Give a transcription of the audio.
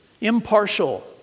impartial